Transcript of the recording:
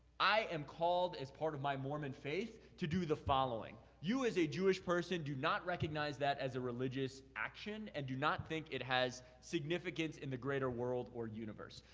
i am called as part of my mormon faith to do the following. you as a jewish person do not recognize that as a religious action and do not think it has significant in the greater world or universe.